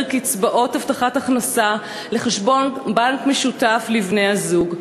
קצבאות הבטחת הכנסה לחשבון בנק משותף לבני-הזוג.